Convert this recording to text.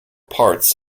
parts